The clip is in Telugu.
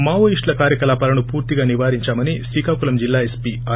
మావోయిస్టుల కార్యకలాపాలను పూర్తిగా నివారించామని శ్రీకాకుళం జిల్లా ఎస్పీ ఆర్